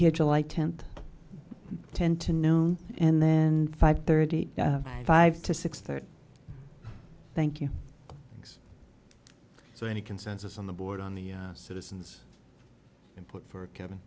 here july tenth tend to known and then five thirty five to six thirty thank you so any consensus on the board on the citizens input for kevin